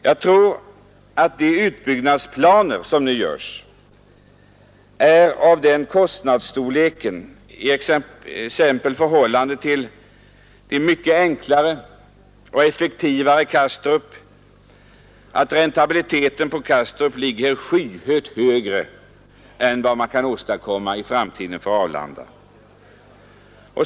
Jag tror att de utbyggnadsplaner som nu görs är av den kostnadsstorleken, exempelvis i förhållande till det mycket enklare och effektivare Kastrup, att räntabiliteten på Kastrup är skyhögt högre än vad man kan åstadkomma i framtiden för Arlanda.